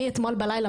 מאתמול בלילה,